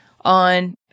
on